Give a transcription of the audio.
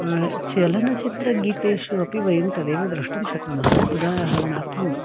चलनचित्रगीतेषु अपि वयं तदेव द्रष्टुं शक्नुमः उदाहरणार्थं